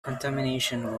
contamination